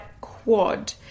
Quad